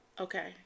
Okay